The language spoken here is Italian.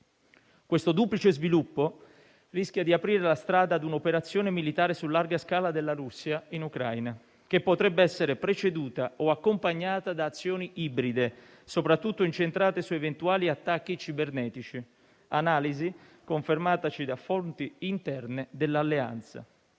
Questo duplice sviluppo rischia di aprire la strada a un'operazione militare su larga scala della Russia in Ucraina, che potrebbe essere preceduta o accompagnata da azioni ibride, incentrate soprattutto su eventuali attacchi cibernetici; analisi confermataci da fonti interne dell'Alleanza.